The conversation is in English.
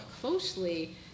closely